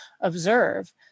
observe